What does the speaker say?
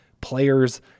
players